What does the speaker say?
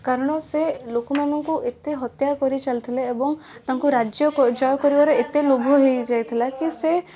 କାରଣ ସେ ଲୋକମାନଙ୍କୁ ଏତେ ହତ୍ୟା କରିଚାଲିଥିଲେ ଏବଂ ତାଙ୍କୁ ରାଜ୍ୟଜୟ କରିବାର ଏତେ ଲୋଭ ହେଇଯାଇଥିଲା କି ସେ